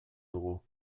dugu